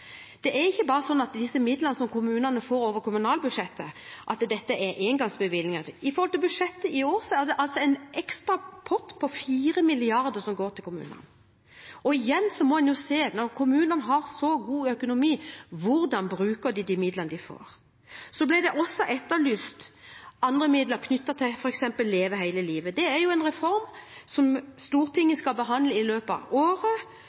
Midlene som kommunene får over kommunalbudsjettet, er ikke engangsbevilgninger. I budsjettet for i år er det en ekstra pott på 4 mrd. kr som går til kommunene. Når kommunene har så god økonomi, må man se på hvordan de bruker de midlene de får. Andre midler, knyttet til f.eks. reformen Leve hele livet, ble også etterlyst. Det er en reform som Stortinget skal behandle i løpet av året.